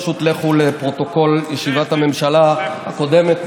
פשוט לכו לפרוטוקול ישיבת הממשלה הקודמת.